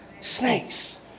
snakes